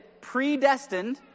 predestined